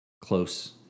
close